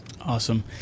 Awesome